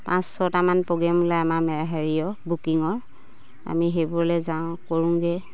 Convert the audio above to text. পাঁচ ছটামান প্ৰগ্ৰেম ওলাই আমাৰ হেৰিয়ৰ বুকিঙৰ আমি সেইবোৰলে যাওঁ কৰোঁগে